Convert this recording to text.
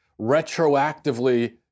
retroactively